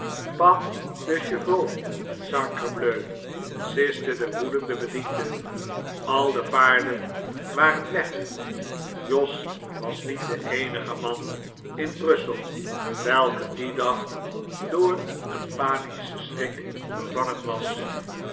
chevanx sacrebleu siste de woedende bediende al de paarden waren weg jos was niet de eenige man in brussel welke dien dag door een panischen schrik bevangen was